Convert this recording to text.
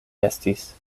estis